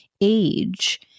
age